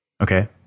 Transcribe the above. Okay